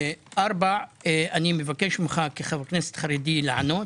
ארבע, אני מבקש ממך כחבר כנסת חרדי לענות.